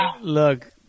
Look